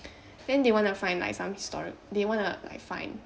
then they want to find like some historic~ they want to like find